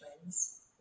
twins